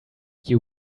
you